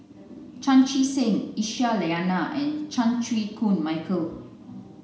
Chan Chee Seng Aisyah Lyana and Chan Chew Koon Michael